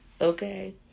Okay